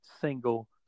single